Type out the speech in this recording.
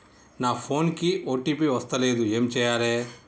నా ఫోన్ కి ఓ.టీ.పి వస్తలేదు ఏం చేయాలే?